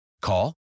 Call